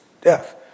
death